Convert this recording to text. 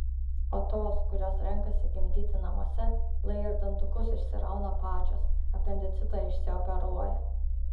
o tos kurios renkasi gimdyti namuose lai ir dantukus išsirauna pačios apendicitą išsioperuoja